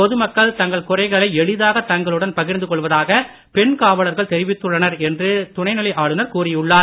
பொதுமக்கள் தங்கள் குறைகளை எளிதாக தங்களுடன் பகிர்ந்து கொள்வதாக பெண் காவலர்கள் தெரிவித்துள்ளனர் என்று துணைநிலை ஆளுநர் கூறியுள்ளார்